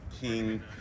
King